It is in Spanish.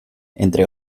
entre